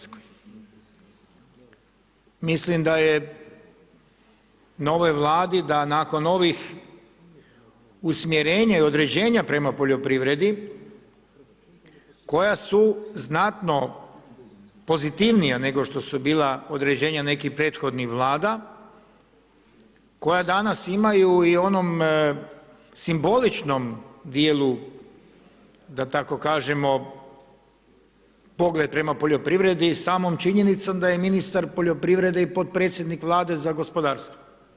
Mislim da je na ovoj Vladi da nakon ovih usmjerenja i određenja prema poljoprivredi koja su znatno pozitivnija nego što su bila određenja nekih prethodnih Vlada koja danas imaju i u onom simboličnom dijelu da tako kažemo pogled prema poljoprivredi samom činjenicom da je ministar poljoprivrede i potpredsjednik Vlade za gospodarstvo.